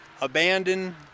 abandon